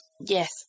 Yes